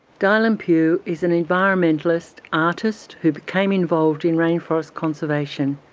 dailan pugh is an environmentalist, artist who became involved in rainforest conservation,